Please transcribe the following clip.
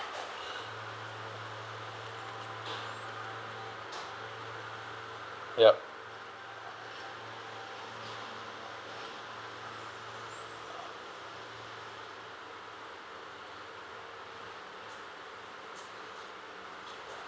yup